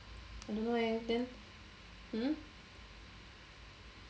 I don't know leh then hmm